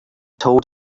told